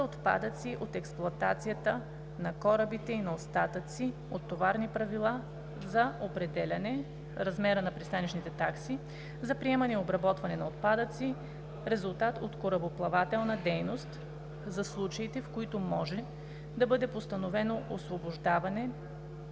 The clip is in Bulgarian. от експлоатацията на корабите и на остатъци от товарни правила за определяне размера на пристанищните такси за приемане и обработване на отпадъци – резултат от корабоплавателна дейност, за случаите, в които може да бъде постановено освобождаване